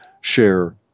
share